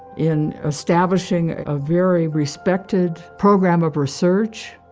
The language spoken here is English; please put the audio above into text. in establishing a very respected program of research.